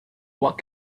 what